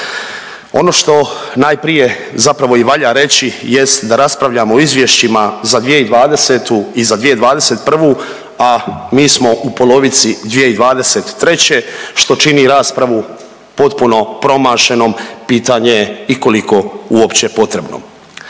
Ono što najprije zapravo i valja reći jest da raspravljamo o izvješćima za 2020. i za 2021., a mi smo u polovici 2023. što čini raspravu potpunu promašenom, pitanje i koliko uopće potrebnom